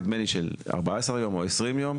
נדמה לי של 14 ימים או 20 ימים.